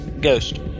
ghost